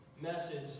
message